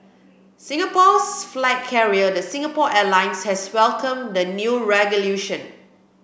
Singapore's flag carrier the Singapore Airlines has welcomed the new regulation